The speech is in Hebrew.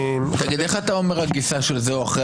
איך אתה אומר על גיסה של זה או אחר אחרי